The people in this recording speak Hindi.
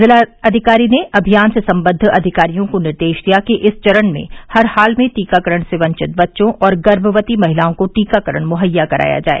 जिलाधिकारी ने अभियान से संबद्द अधिकारियों को निर्देश दिया कि इस चरण में हर हाल में टीकाकरण से वंवित बच्चों और गर्मवती महिलाओं को टीकाकरण मुहैया कराया जाए